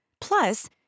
Plus